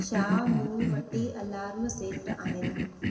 छा मूं वटि अलार्म सेट आहिनि